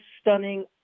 stunning